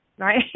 right